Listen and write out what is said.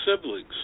siblings